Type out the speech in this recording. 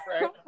Right